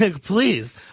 please